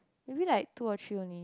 maybe like two or three only